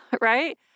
Right